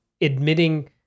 admitting